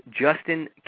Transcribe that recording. Justin